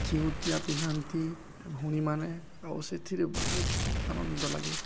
ଜିଉଁନ୍ତିଆ ପିନ୍ଧନ୍ତି ଭଉଣୀମାନେ ଆଉ ସେଥିରେ ବହୁତ ଆନନ୍ଦ ଲାଗେ